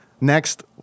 Next